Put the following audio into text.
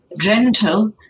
gentle